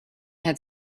had